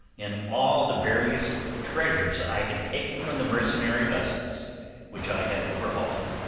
and all the various treasures i had taken from the mercenary vessels which i had overhauled.